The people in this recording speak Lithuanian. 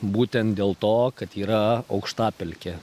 būtent dėl to kad yra aukštapelkė